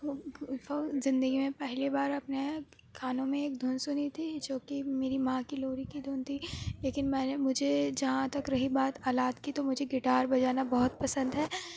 زندگی میں پہلی بار اپنے کانوں میں ایک دھن سنی تھی جو کہ میری ماں کی لوری کی دھن تھی لیکن میں نے مجھے جہاں تک رہی بات آلات کی تو مجھے گٹار بجانا بہت پسند ہے